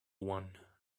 one